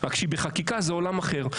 רק שכשהיא בחקיקה זה עולם אחר.